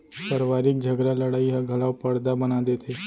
परवारिक झगरा लड़ई ह घलौ परदा बना देथे